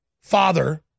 father